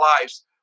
lives